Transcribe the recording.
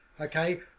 okay